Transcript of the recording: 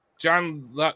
John